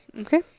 Okay